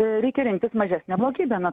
reikia rinktis mažesnę blogybę na